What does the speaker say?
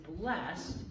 blessed